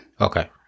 Okay